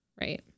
Right